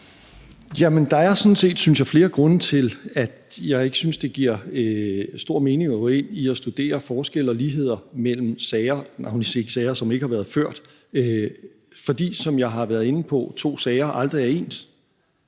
der er sådan set flere grunde til, at jeg ikke synes, det giver stor mening at gå ind i at studere forskelle og ligheder mellem sager – navnlig ikke sager, som ikke har været ført – fordi, som jeg har været inde på, to sager aldrig er ens.